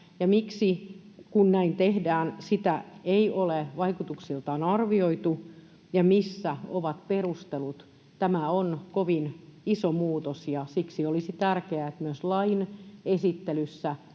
miksi, kun näin tehdään, sitä ei ole vaikutuksiltaan arvioitu ja missä ovat perustelut. Tämä on kovin iso muutos, ja siksi olisi tärkeää, että myös lain esittelyssä